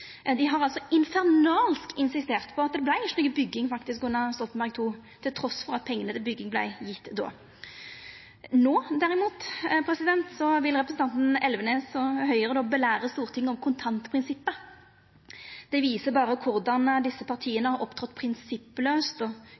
Dei har altså infernalsk insistert på at det faktisk ikkje vart noka bygging under Stoltenberg II, trass i at pengane til bygging vart gjevne då. No vil derimot representanten Elvenes og Høgre læra Stortinget om kontantprinsippet. Det viser berre korleis desse partia har opptredd prinsipplaust og